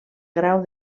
grau